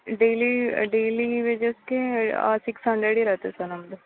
daily daily ವಿಸಿಟ್ಗೇ six hundred ಇರುತ್ತೆ sir ನಮ್ಮದು